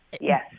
Yes